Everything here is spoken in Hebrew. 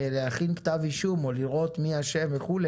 כדי להכין כתב אישום או לראות מי אשם וכו',